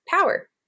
power